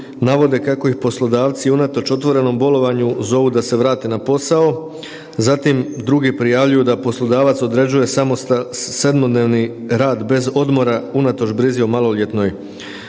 navode kako ih poslodavci unatoč otvorenom bolovanju zovu da se vrate na posao, zatim drugi prijavljuju da poslodavac određuje 7-dnevni rad bez odmora unatoč brizi o maloljetnoj